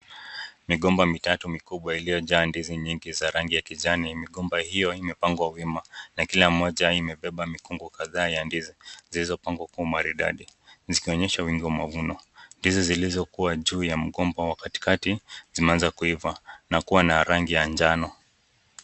Migomba mitatu mikubwa iliyojaa ndizi nyingi za rangi ya kijani. Migomba hiyo imepangwa wima na kila mmoja imebeba mikungu kadhaa ya ndizi, zilizopangwa kwa umaridadi, zikionyesha wingi wa mavuno. Ndizi zilizokuwa juu ya mgomba wa katikati zimeanza kuiva na kuwa na rangi ya njano.